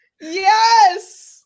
Yes